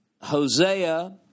Hosea